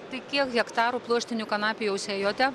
tai kiek hektarų pluoštinių kanapių jau sėjote